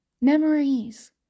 memories